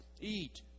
eat